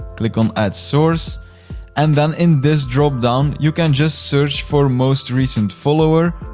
click on add source and then in this dropdown, you can just search for most recent follower.